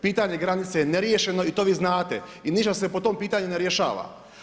Pitanje granice je neriješeno i to vi znate i ništa se po tom pitanju ne rješava.